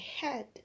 head